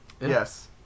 Yes